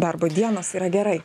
darbo dienos yra gerai